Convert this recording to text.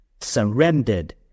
surrendered